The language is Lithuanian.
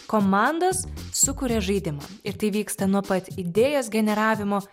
komandos sukuria žaidimą ir tai vyksta nuo pat idėjos generavimo